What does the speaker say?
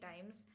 times